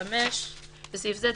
(5)בסעיף זה,